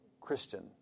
Christian